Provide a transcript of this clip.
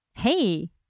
Hey